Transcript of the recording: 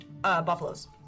buffaloes